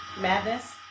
Madness